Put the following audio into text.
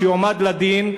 שיועמד לדין,